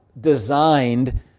designed